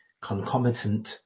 concomitant